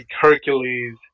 Hercules